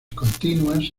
continuas